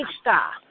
stop